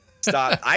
Stop